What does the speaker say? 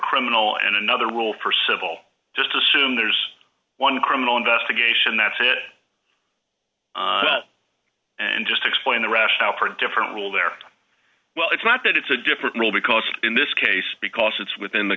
criminal and another rule for civil just assume there's one criminal investigation that's it and just explain the rationale for a different rule there well it's not that it's a different rule because in this case because it's within the